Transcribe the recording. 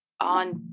on